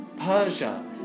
Persia